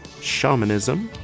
shamanism